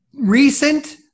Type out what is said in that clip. recent